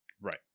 right